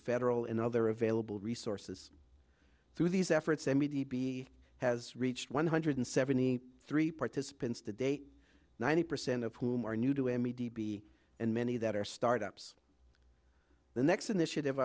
federal and other available resources through these efforts m e d b has reached one hundred seventy three participants today ninety percent of whom are new to m e d b and many that are startups the next initiative